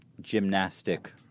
gymnastic